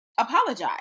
apologize